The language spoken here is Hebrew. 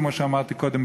כמו שאמרתי קודם,